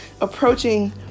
approaching